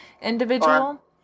individual